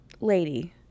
Lady